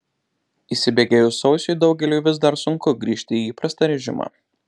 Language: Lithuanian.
įsibėgėjus sausiui daugeliui vis dar sunku grįžti į įprastą režimą